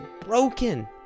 broken